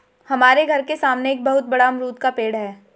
हमारे घर के सामने एक बहुत बड़ा अमरूद का पेड़ है